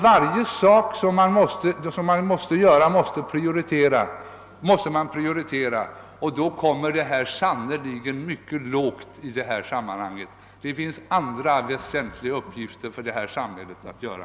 Varje sak som man vill göra måste man prioritera, och då kommer sannerligen detta mycket lågt ned i sammanhanget. Det finns andra väsentligare uppgifter för detta samhälle att göra.